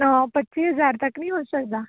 ਪੱਚੀ ਹਜ਼ਾਰ ਤੱਕ ਨਹੀਂ ਹੋ ਸਕਦਾ